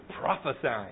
prophesying